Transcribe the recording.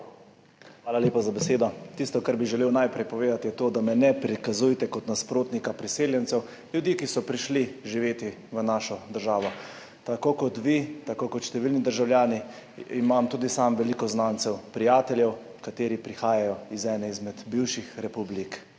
Hvala lepa za besedo. Tisto, kar bi želel najprej povedati, je to, da me ne prikazujte kot nasprotnika priseljencev, ljudi, ki so prišli živet v našo državo. Tako kot vi, tako kot številni državljani, imam tudi sam veliko znancev, prijateljev, ki prihajajo iz ene izmed bivših republik